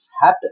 happen